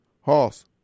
Hoss